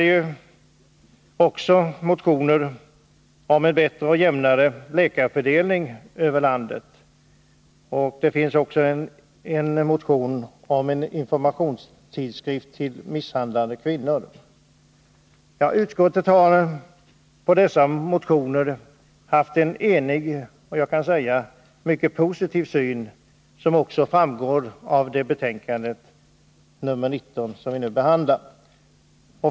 Det finns också motioner om en bättre och jämnare läkarfördelning över landet, liksom en motion om en informationsskrift till misshandlade kvinnor. Utskottet har haft en enig och jag kan säga mycket positiv syn på dessa motioner, vilket också framgår av det betänkande som vi nu behandlar.